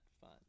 fun